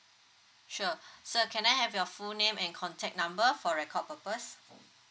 sure sir can I have your full name and contact number for record purpose